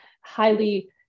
highly